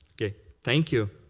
thank you.